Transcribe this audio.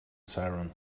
siren